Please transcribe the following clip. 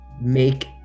make